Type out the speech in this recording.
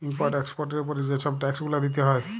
import এক্সপর্টের উপরে যে ছব ট্যাক্স গুলা দিতে হ্যয়